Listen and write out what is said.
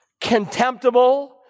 contemptible